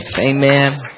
Amen